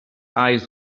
eyes